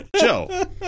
joe